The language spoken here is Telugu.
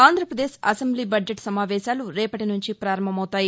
ఆంధ్రప్రదేశ్ అసెంబ్లీ బద్జెట్ సమావేశాలు రేపటి నుంచి ప్రారంభమవుతాయి